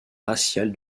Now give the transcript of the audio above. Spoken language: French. raciale